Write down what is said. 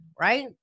right